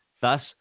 thus